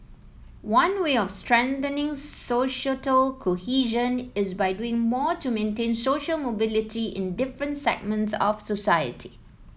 one way of strengthening societal cohesion is by doing more to maintain social mobility in different segments of society